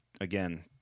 again